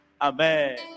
Amen